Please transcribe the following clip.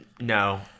no